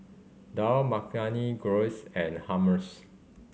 Dal Makhani Gyros and Hummus